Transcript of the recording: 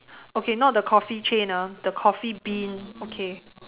okay not the coffee chain ah the coffee bean okay